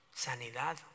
Sanidad